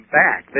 back